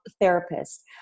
therapist